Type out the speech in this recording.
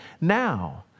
now